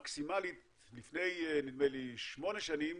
המקסימלית לפני, נדמה לי, שמונה שנים,